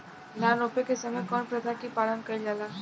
धान रोपे के समय कउन प्रथा की पालन कइल जाला?